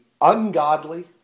ungodly